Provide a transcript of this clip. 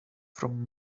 from